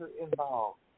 involved